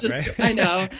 i know